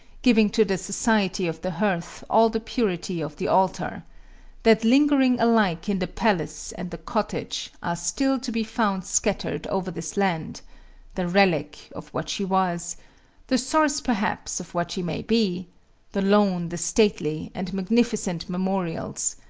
giving to the society of the hearth all the purity of the altar that lingering alike in the palace and the cottage, are still to be found scattered over this land the relic of what she was the source perhaps of what she may be the lone, the stately, and magnificent memorials,